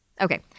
Okay